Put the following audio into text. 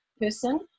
person